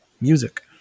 music